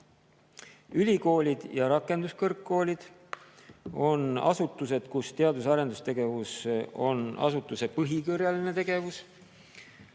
ülikoolid ja rakenduskõrgkoolid, on asutused, kus teadus- ja arendustegevus on asutuse põhikirjaline tegevus,